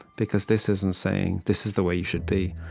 because this isn't saying, this is the way you should be.